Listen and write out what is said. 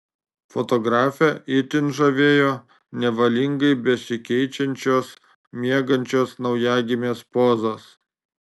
fotografę itin žavėjo nevalingai besikeičiančios miegančios naujagimės pozos